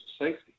safety